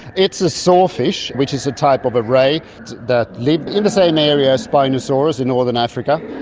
it's a sawfish, which is a type of a ray that lived in the same area as spinosaurus in northern africa,